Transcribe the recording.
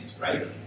right